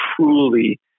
truly